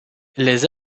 les